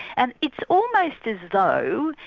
and it's almost as though,